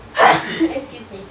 excuse me